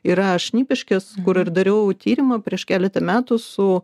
yra šnipiškes kur ir dariau tyrimą prieš keletą metų su